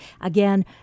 Again